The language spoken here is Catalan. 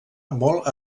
molt